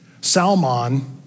Salmon